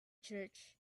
church